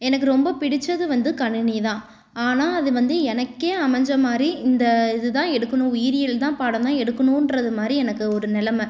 எனக்கு ரொம்ப பிடிச்சது வந்து கணினி தான் ஆனால் அது வந்து எனக்கே அமைஞ்ச மாதிரி இந்த இதுதான் எடுக்குணும் உயிரியல் தான் பாடந்தான் எடுக்கணுன்றது மாதிரி எனக்கு ஒரு நிலைம